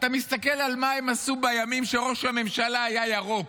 אתה מסתכל על מה הם עשו בימים שראש הממשלה היה ירוק,